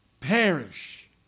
perish